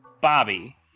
Bobby